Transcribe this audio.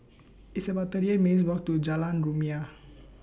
It's about thirty eight minutes' Walk to Jalan Rumia